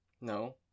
No